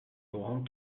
laurent